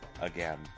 again